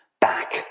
back